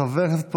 חבר הכנסת פרוש,